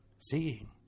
Seeing